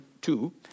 two